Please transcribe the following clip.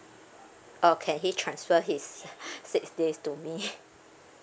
okay he transferred his six days to me